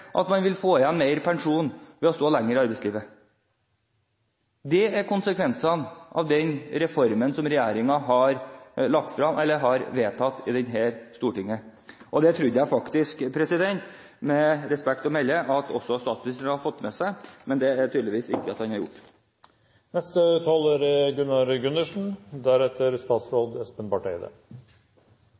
at man vil få mer pensjon ved å stå lenge i arbeidslivet. Det er konsekvensene av den reformen som dette stortinget har vedtatt. Det trodde jeg, med respekt å melde, at også statsministeren har fått med seg, men det har han tydeligvis ikke. Skattesystemet er sentralt for å finansiere velferd. Hver enkelt skal bidra og betale etter evne, men det påligger også staten og det offentlige å forvalte ressursene og skattesystemet slik at det har